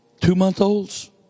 two-month-olds